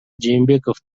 жээнбеков